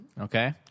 Okay